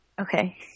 Okay